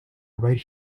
right